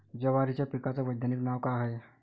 जवारीच्या पिकाचं वैधानिक नाव का हाये?